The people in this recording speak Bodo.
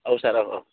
औ सार औ औ